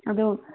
ꯑꯗꯣ